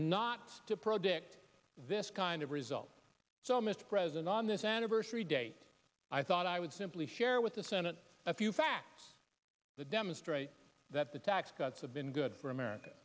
not to produce this kind of result so mr president on this anniversary date i thought i would simply share with the senate a few facts that demonstrate that the tax cuts have been good for america